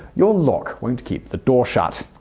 your lock won't keep the door shut.